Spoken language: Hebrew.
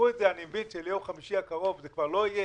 אני מבין שליום חמישי הקרוב זה כבר לא יהיה.